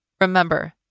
Remember